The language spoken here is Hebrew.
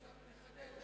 לחדד.